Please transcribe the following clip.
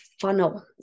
funnel